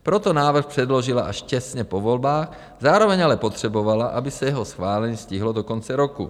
Proto návrh předložila až těsně po volbách, zároveň ale potřebovala, aby se jeho schválení stihlo do konce roku.